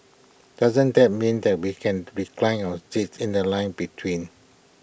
doesn't that mean that we can recline our seats in The Line between